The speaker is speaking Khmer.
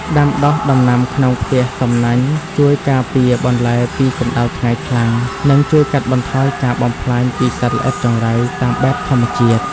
ដាំដុះដំណាំក្នុងផ្ទះសំណាញ់ជួយការពារបន្លែពីកម្ដៅថ្ងៃខ្លាំង និង ជួយកាត់បន្ថយការបំផ្លាញពីសត្វល្អិតចង្រៃតាមបែបធម្មជាតិ។